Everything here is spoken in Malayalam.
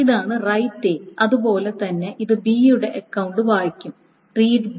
ഇതാണ് റൈററ് അതുപോലെ തന്നെ ഇത് ബി യുടെ അക്കൌണ്ട് വായിക്കും റീഡ് ബി